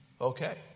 okay